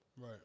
Right